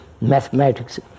mathematics